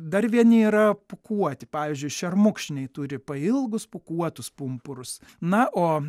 dar vieni yra pūkuoti pavyzdžiui šermukšniai turi pailgus pūkuotus pumpurus na o